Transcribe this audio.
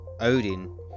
Odin